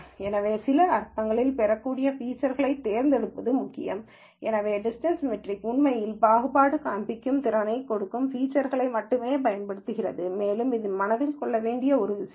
எனவே சில அர்த்தங்களில் பொருந்தக்கூடிய ஃபீச்சர்களைத் தேர்ந்தெடுப்பது முக்கியம் எனவே டிஸ்டன்ஸ் மெட்ரிக் உண்மையில் பாகுபாடு காண்பிக்கும் திறனைக் கொடுக்கும் ஃபீச்சர்களை மட்டுமே பயன்படுத்துகிறது எனவே இது மனதில் கொள்ள வேண்டிய ஒரு விஷயம்